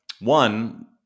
one